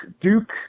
Duke